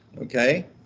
okay